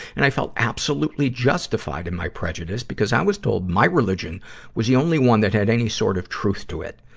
and i felt absolutely justified in my prejudice because i was told my religion was the only one that had any sort of truth to it.